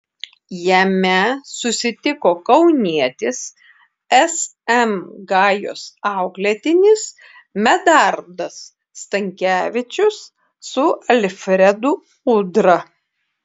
jame susitiko kaunietis sm gajos auklėtinis medardas stankevičius su alfredu udra